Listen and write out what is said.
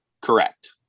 correct